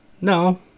No